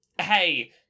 Hey